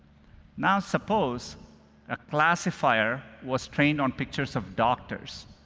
now suppose a classifier was trained on pictures of doctors.